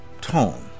tone